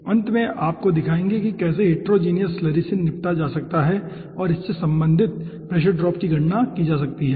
और अंत में हम आपको दिखाएंगे कि कैसे हिटेरोजीनियस स्लरी से निपटा जा सकता है और इससे संबंधित प्रेशर ड्रॉप की गणना की जा सकती है